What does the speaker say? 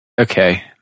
Okay